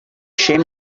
shame